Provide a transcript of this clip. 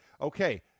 Okay